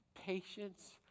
patience